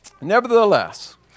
Nevertheless